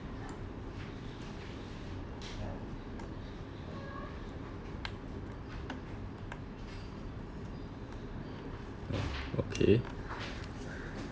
oh okay